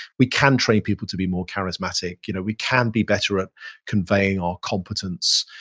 we can train people to be more charismatic. you know we can be better at conveying our competence.